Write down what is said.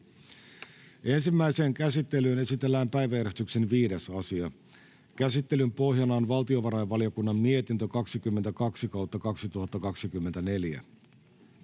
Ensimmäiseen käsittelyyn esitellään päiväjärjestyksen 5. asia. Käsittelyn pohjana on valtiovarainvaliokunnan mietintö VaVM 22/2024